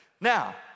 Now